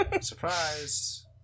Surprise